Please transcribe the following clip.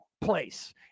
place